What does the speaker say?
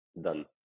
done